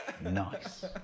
Nice